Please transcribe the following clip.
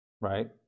Right